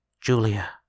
Julia